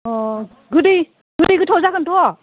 अ गोदै गोदै गोथाव जागोन थ'